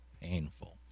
painful